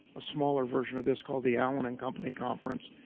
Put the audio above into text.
a smaller version of this, called the allen and company conference.